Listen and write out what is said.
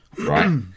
right